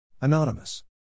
Anonymous